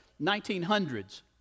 1900s